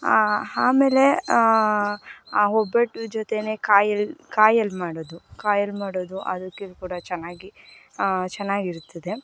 ಆಮೇಲೆ ಆ ಒಬ್ಬಟ್ಟು ಜೊತೆಯೇ ಕಾಯ್ಹಾಲ್ ಕಾಯ್ಹಾಲ್ ಮಾಡೋದು ಕಾಯ್ಹಾಲ್ ಮಾಡೋದು ಅದಕ್ಕೆ ಕೂಡ ಚೆನ್ನಾಗಿ ಚೆನ್ನಾಗಿರ್ತದೆ